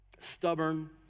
stubborn